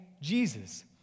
Jesus